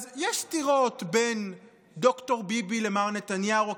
אז יש סתירות בין ד"ר ביבי למר נתניהו.